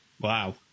Wow